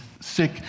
sick